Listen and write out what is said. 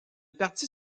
partie